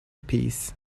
peace